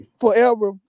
forever